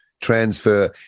transfer